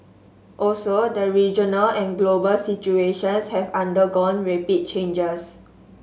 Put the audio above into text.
also the regional and global situations have undergone rapid changes